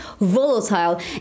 volatile